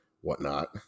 whatnot